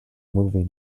movie